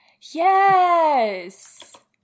Yes